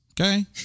Okay